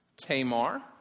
Tamar